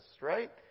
right